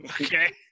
Okay